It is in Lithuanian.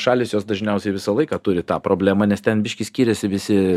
šalys jos dažniausiai visą laiką turi tą problemą nes ten biškį skiriasi visi